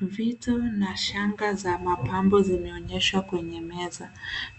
Vitu na shanga za mapambo zinaonyeshwa kwenye meza.